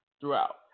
Throughout